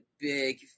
big